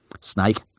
Snake